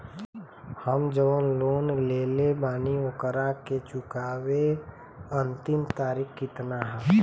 हम जवन लोन लेले बानी ओकरा के चुकावे अंतिम तारीख कितना हैं?